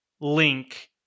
link